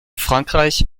frankreich